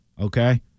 okay